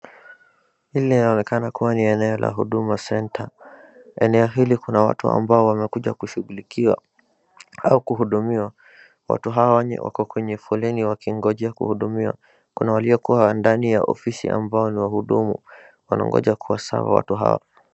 Hii inaonekana kuwa ni eneo la huduma centre , eneo hili kuna watu ambao wamekuja kushugulikiwa au kuhudumiwa, watu hawa wako kwenye foleni wakingoja kuhudumiwa, kuna walio kuwa ndani ya ofisi ambao ni wahudumu wanangoja kuwa serve watu hawa.